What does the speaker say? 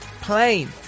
Plane